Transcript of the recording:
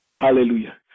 Hallelujah